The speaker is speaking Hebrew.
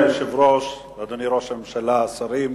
אדוני היושב-ראש, אדוני ראש הממשלה, שרים,